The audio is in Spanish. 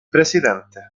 presidente